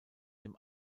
dem